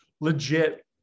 legit